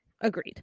Agreed